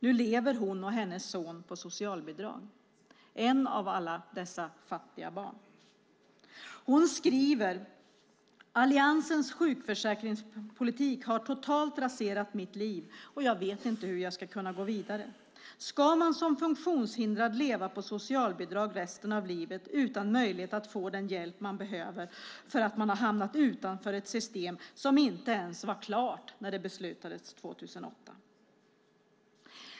Nu lever hon och hennes son på socialbidrag. Han är ett av alla dessa fattiga barn. Hon skriver: Alliansens sjukförsäkringspolitik har totalt raserat mitt liv. Jag vet inte hur jag ska kunna gå vidare. Ska man som funktionshindrad leva på socialbidrag resten av livet utan möjlighet att få den hjälp man behöver för att man har hamnat utanför ett system som inte ens var klart när man beslutade om det 2008?